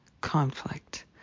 conflict